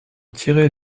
tirer